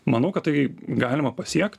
manau kad tai galima pasiekt